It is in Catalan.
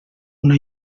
una